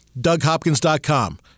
DougHopkins.com